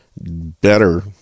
better